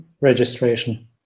registration